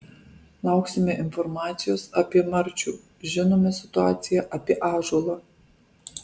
lauksime informacijos apie marčių žinome situaciją apie ąžuolą